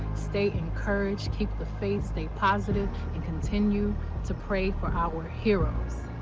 stay encouraged, keep the faith, stay positive, and continue to pray for our heroes.